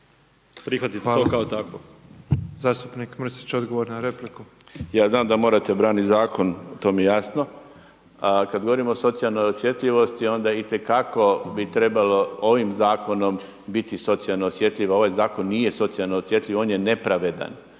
Mrsić odgovor na repliku. **Mrsić, Mirando (Nezavisni)** Ja znam da vi morate braniti zakon, to mi je jasno, a kada govorimo o socijalnoj osjetljivosti onda itekako bi trebalo ovim zakonom biti socijalo osjetljiv, ovaj zakon nije socijalno osjetljiv, on je nepravedan.